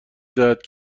دهد